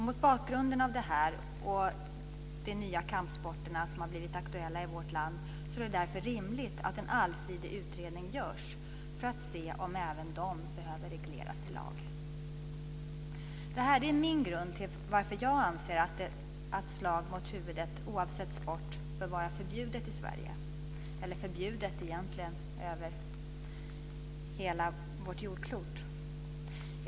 Mot bakgrunden av det här och de nya kampsporter som har blivit aktuella i vårt land är det rimligt att en allsidig utredning görs för att se om även dessa behöver regleras i lag. Detta är grunden till att jag anser att slag mot huvudet, oavsett sport, bör vara förbjudet i Sverige - eller egentligen bör vara förbjudet över hela jordklotet.